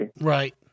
Right